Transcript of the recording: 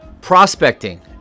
Prospecting